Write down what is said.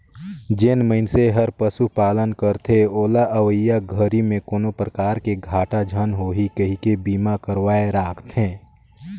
जेन मइनसे हर पशुपालन करथे ओला अवईया घरी में कोनो परकार के घाटा झन होही कहिके बीमा करवाये राखथें